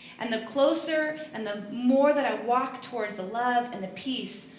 and the closer and the more that i walk towards the love and the peace,